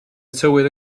tywydd